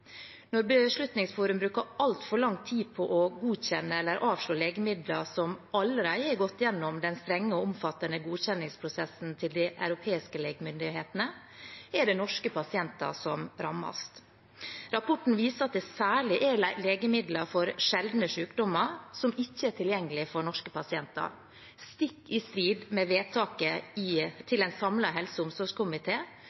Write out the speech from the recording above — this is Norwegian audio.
Når Beslutningsforum bruker altfor lang tid på å godkjenne eller avvise legemidler som allerede har gått gjennom den strenge og omfattende godkjenningsprosessen til de europeiske legemiddelmyndighetene, er det norske pasienter som rammes. Rapporten viser at det særlig er legemidler for sjeldne sykdommer som ikke er tilgjengelig for norske pasienter, stikk i strid med vedtaket til en samlet helse- og omsorgskomité, som i